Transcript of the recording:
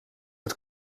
het